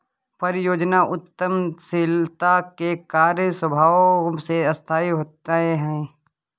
परियोजना उद्यमशीलता के कार्य स्वभाव से अस्थायी होते हैं